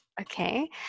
Okay